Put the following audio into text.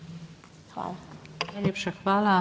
Hvala.